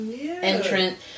entrance